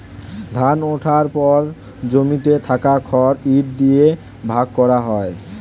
ধান ওঠার পর জমিতে থাকা খড় ইট দিয়ে ভাগ করা হয়